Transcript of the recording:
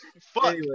Fuck